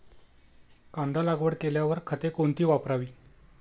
कांदा लागवड केल्यावर खते कोणती वापरावी?